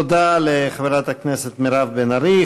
תודה לחברת הכנסת מירב בן ארי.